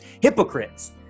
hypocrites